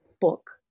book